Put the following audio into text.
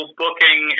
booking